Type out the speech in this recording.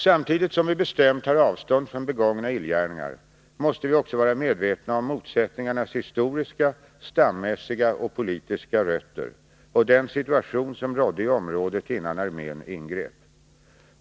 Samtidigt som vi bestämt tar avstånd från begångna illgärningar måste vi också vara medvetna om motsättningarnas historiska, stammässiga och politiska rötter och den situation som rådde i området innan armén ingrep.